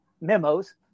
memos